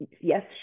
yes